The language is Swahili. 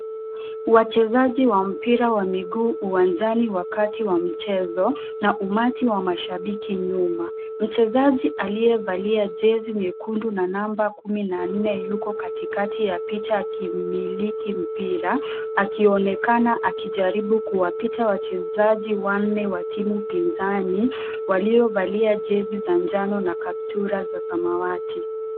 Wachezaji wa mpira wa miguu uwanjani wakati wa mchezo, na umati wa mashabiki nyuma. Mchezaji aliyevalia jezi nyekundu na namba kumi na nne yuko katikati ya picha akimiliki mpira, akionekana akijaribu kuwapita wachezaji wanne wa timu pinzani, waliovalia jezi za njano na kaptura za samawati.